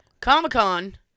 Comic-Con